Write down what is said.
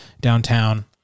downtown